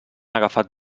agafat